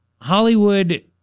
Hollywood